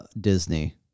Disney